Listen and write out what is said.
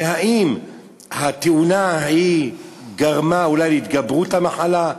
והאם התאונה ההיא גרמה אולי להתגברות המחלה,